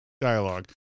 dialogue